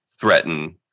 threaten